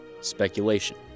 speculation